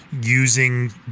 using